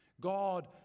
God